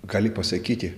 gali pasakyti